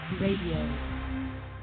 radio